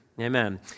Amen